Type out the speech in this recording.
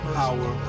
power